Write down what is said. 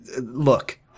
Look